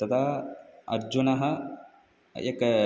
तदा अर्जुनः एका